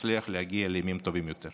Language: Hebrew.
נצליח להגיע לימים טובים יותר.